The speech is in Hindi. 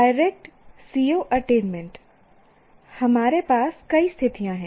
डायरेक्ट CO अटेनमेंट हमारे पास कई स्थितियाँ हैं